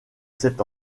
sept